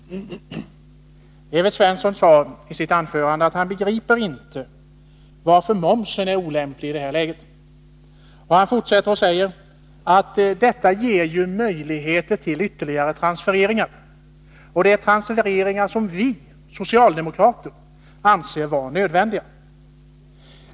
Herr talman! Evert Svensson sade i sitt anförande att han inte begriper varför momsen är olämplig i detta läge. Han fortsatte att säga: Denna momshöjning ger möjligheter till ytterligare transfereringar, som vi socialdemokrater anser vara nödvändiga.